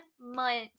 months